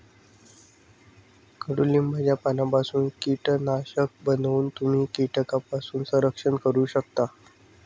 कडुलिंबाच्या पानांपासून कीटकनाशक बनवून तुम्ही कीटकांपासून संरक्षण करू शकता